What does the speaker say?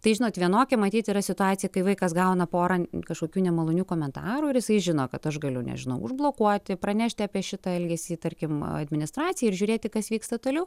tai žinot vienokia matyt yra situacija kai vaikas gauna porą kažkokių nemalonių komentarų ir jisai žino kad aš galiu nežinau užblokuoti pranešti apie šitą elgesį tarkim administracijai ir žiūrėti kas vyksta toliau